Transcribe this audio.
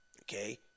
Okay